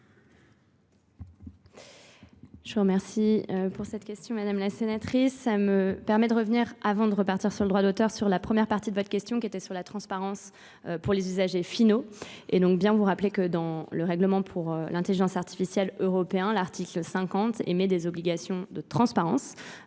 Je vous remercie pour cette question madame la sénatrice. Ça me permet de revenir avant de repartir sur le droit d'auteur sur la première partie de votre question qui était sur la transparence pour les usagers finaux. Et donc bien vous rappelez que dans le règlement pour l'intelligence artificielle européen, l'article 50 émet des obligations de transparence.